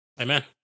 amen